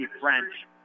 French